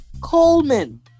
Coleman